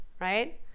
Right